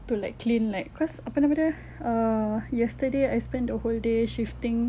to like clean like cause apa nama dia err yesterday I spent the whole day shifting